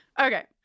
Okay